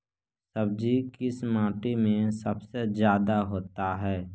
सब्जी किस माटी में सबसे ज्यादा होता है?